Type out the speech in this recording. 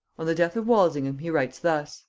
on the death of walsingham he writes thus.